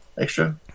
extra